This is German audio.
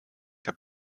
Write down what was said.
der